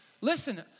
listen